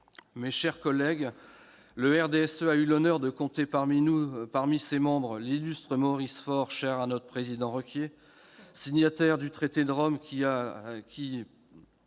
Mes chers collègues, le RDSE a eu l'honneur de compter parmi ses membres l'illustre Maurice Faure, cher à notre président de groupe Jean-Claude Requier,